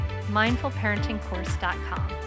mindfulparentingcourse.com